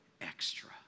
extra